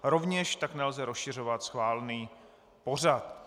Rovněž tak nelze rozšiřovat schválený pořad.